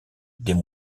des